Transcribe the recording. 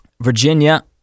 Virginia